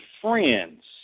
friends